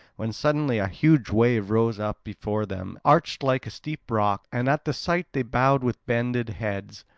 when suddenly a huge wave rose up before them, arched, like a steep rock and at the sight they bowed with bended heads.